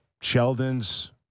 Sheldon's